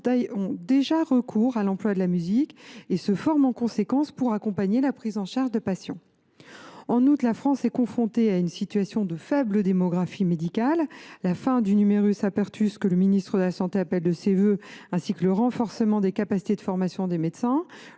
ainsi déjà recours à l’emploi de musique et se forment en conséquence pour accompagner la prise en charge de patients. Ensuite, la France est confrontée à une situation de faible démographie médicale. La fin du, que le ministre de la santé appelle de ses vœux, le renforcement des capacités de formation des médecins,